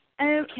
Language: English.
Okay